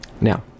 Now